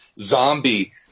zombie